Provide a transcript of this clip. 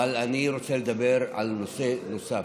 אבל אני רוצה לדבר על נושא נוסף.